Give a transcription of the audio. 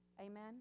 Amen